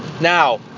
Now